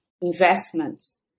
investments